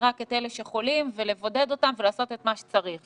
רק את אלה שחולים ולבודד אותם ולעשות את מה שצריך.